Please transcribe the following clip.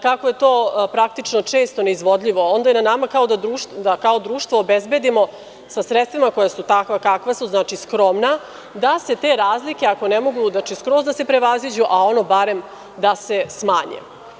Kako je to praktično često neizvodljivo, onda je na nama da kao društvo obezbedimo sa sredstvima koja su takva kakva su, znači skromna, da se te razlike ako ne mogu skroz da se prevaziđu, a ono barem da se smanje.